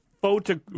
photo